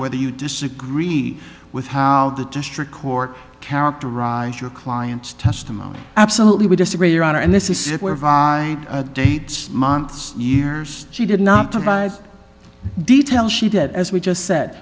whether you disagreed with how the district court characterize your client's testimony absolutely we disagree your honor and this is where vaio dates months years she did not provide details she did as we just said